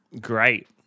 Great